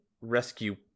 rescue